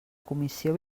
comissió